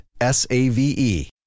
S-A-V-E